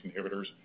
inhibitors